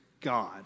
God